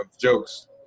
jokes